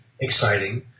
exciting